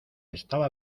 estaba